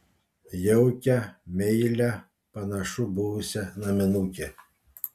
jaukią meilią panašu buvusią naminukę